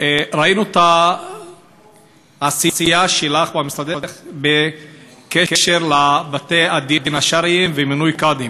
ראינו את העשייה שלך במשרדך בקשר לבתי-הדין השרעיים ומינוי קאדים,